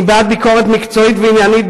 אני בעד ביקורת מקצועית ועניינית,